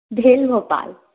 भेल भोपाल